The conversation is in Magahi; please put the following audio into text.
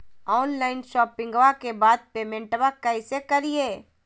ऑनलाइन शोपिंग्बा के बाद पेमेंटबा कैसे करीय?